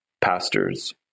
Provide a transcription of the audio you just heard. pastors